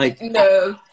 No